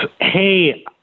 Hey